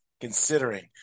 considering